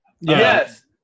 Yes